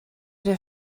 der